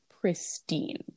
pristine